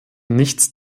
nichts